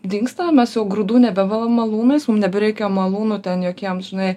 dingsta mes jau grūdų nebemalam malūnais mum nebereikia malūnų ten jokiems žinai